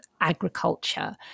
agriculture